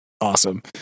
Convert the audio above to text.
awesome